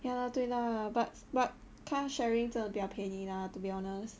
ya lah 对 lah but but car sharing 真的比较便宜 lah to be honest